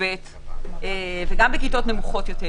י"ב וגם בכיתות נמוכות יותר